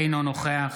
אינו נוכח